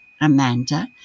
Amanda